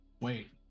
Wait